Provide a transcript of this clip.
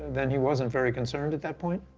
then he wasn't very concerned at that point?